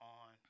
on